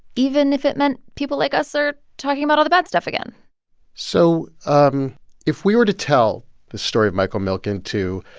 even if it meant people like us are talking about all the bad stuff again so um if we were to tell the story of michael milken to